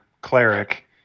cleric